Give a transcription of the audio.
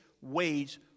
wage